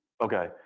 Okay